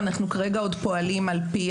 אנחנו כרגע עוד פועלים על פי